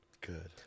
good